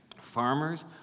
Farmers